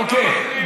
אוקיי.